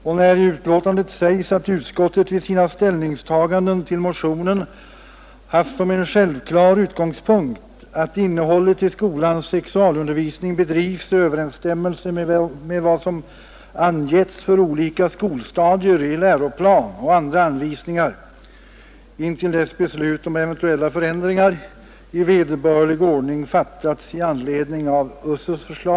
I betänkandet sägs att utskottet vid sina ställningstaganden till motionen ”haft som en självklar utgångspunkt att innehållet i skolans sexualundervisning bedrivs i överensstämmelse med vad som angetts för olika skolstadier i läroplan och andra anvisningar, intill dess beslut om eventuella förändringar i vederbörlig ordning fattats i anledning av USSU:s förslag”.